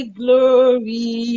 glory